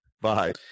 Bye